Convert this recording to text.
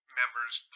members